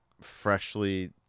freshly